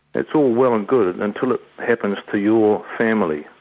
that's all well and good until it happens to your family.